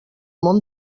món